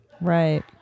Right